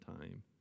time